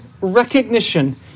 Recognition